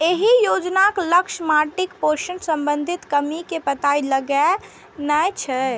एहि योजनाक लक्ष्य माटिक पोषण संबंधी कमी के पता लगेनाय छै